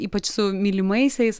ypač su mylimaisiais